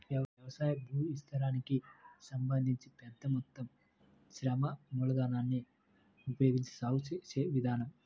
వ్యవసాయ భూవిస్తీర్ణానికి సంబంధించి పెద్ద మొత్తం శ్రమ మూలధనాన్ని ఉపయోగించి సాగు చేసే విధానం